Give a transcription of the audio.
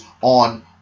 on